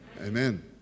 Amen